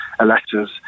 elected